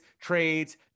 trades